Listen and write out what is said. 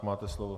Máte slovo.